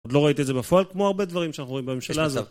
עוד לא ראיתי את זה בפועל כמו הרבה דברים שאנחנו רואים בממשלה הזאת.